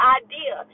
idea